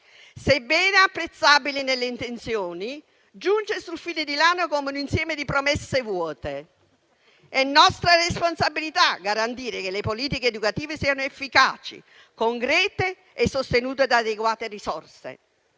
sebbene apprezzabile nelle intenzioni, giunge sul filo di lana come un insieme di promesse vuote. È nostra responsabilità garantire che le politiche educative siano efficaci, concrete e sostenute da adeguate risorse.